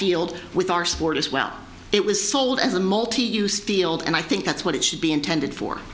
field with our sport as well it was sold as a multi use field and i think that's what it should be intended for